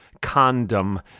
Condom